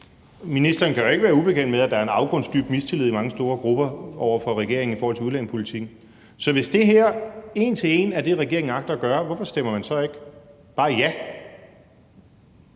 Ministeren kan jo ikke være ubekendt med, at der er en afgrundsdyb mistillid i mange store grupper over for regeringen i forhold til udlændingepolitikken. Så hvis det her en til en er det, regeringen agter at gøre, hvorfor stemmer man så ikke bare ja?